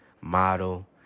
model